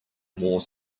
more